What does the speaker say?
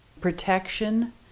protection